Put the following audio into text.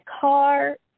car